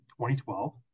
2012